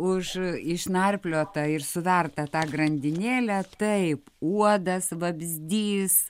už išnarpliotą ir suvertą tą grandinėlę taip uodas vabzdys